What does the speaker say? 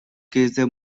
кезде